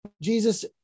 Jesus